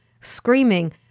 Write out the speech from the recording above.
screaming